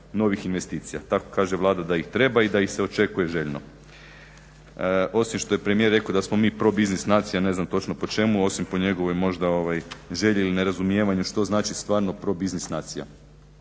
novih investicija. Tako kaže Vlada da ih treba i da ih se očekuje željno. Osim što je premijer rekao da smo mi probiznis nacija, ne znam točno po čemu osim po njegovoj možda želji ili nerazumijevanju što znači stvarno probiznis nacija.